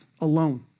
alone